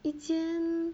一间